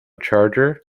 charger